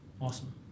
Awesome